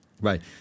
Right